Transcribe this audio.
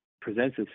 presents